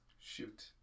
Shoot